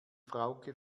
frauke